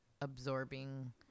absorbing